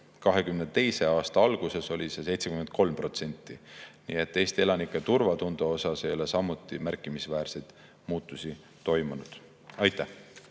2022. aasta alguses oli see [näitaja] 73%. Nii et Eesti elanike turvatundes ei ole samuti märkimisväärseid muutusi toimunud. Aitäh!